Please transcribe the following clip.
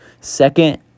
Second